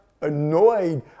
annoyed